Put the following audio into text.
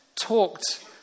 talked